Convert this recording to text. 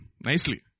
nicely